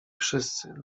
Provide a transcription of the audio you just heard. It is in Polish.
wszyscy